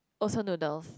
also noodles